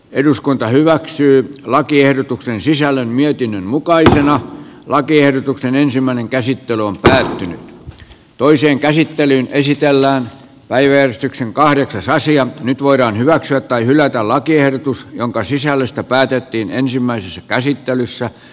eduskunta hyväksyy lakiehdotuksen sisällön mietinnön mukaisina lakiehdotuksen ensimmäinen käsittely on päättynyt toiseen käsittelyyn esitellään päiväjärjestyksen kahdeksasosia nyt voidaan hyväksyä tai hylätä lakiehdotus jonka sisällöstä päätettiin ensimmäisessä käsittelyssä